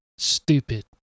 stupid